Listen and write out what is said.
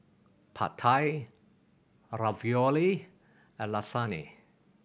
Pad Thai Ravioli and Lasagne